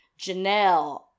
Janelle